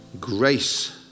grace